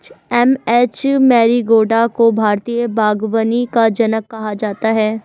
M H Marigowda को भारतीय बागवानी का जनक कहा जाता है